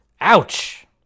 Ouch